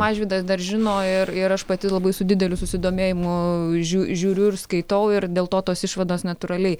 mažvydas dar žino ir ir aš pati labai su dideliu susidomėjimu žiū žiūriu ir skaitau ir dėl to tos išvados natūraliai